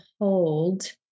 hold